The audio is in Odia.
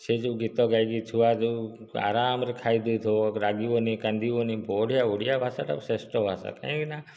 ସେ ଯେଉଁ ଗୀତ ଗାଇକି ଛୁଆ ଯେଉଁ ଆରାମରେ ଖାଇଦେଉଥିବ ରାଗିବନି କାନ୍ଦିବନି ବଢ଼ିଆ ଓଡ଼ିଆ ଭାଷାଟା ଶ୍ରେଷ୍ଠ ଭାଷା କାହିଁକିନା